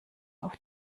auf